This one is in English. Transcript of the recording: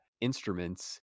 instruments